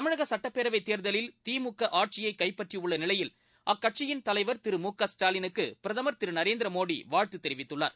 தமிழக சுட்டப்பேரவைத் தேர்தலில் திமுக ஆட்சியை கைப்பற்றியுள்ள நிலையில் அக்கட்சியின் தலைவர் திரு மு க ஸ்டாலினுக்கு பிரதமர் திரு நரேந்திர மோடி வாழ்த்து தெரிவித்துள்ளார்